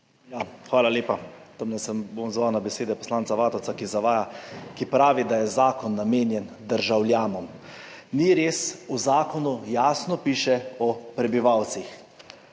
Hvala lepa. Odzval se bom na besede poslanca Vatovca, ki zavaja, ko pravi, da je zakon namenjen državljanom. Ni res, v zakonu jasno piše o prebivalcih: